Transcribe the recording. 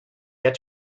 yet